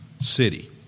city